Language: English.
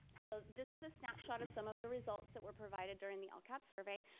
so this is a snapshot of some of the results that were provided during the lcap survey.